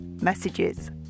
messages